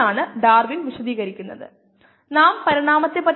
ഈ ഘട്ടങ്ങളെല്ലാം ഞാൻ നിങ്ങൾക്ക് കാണിച്ചുതന്നു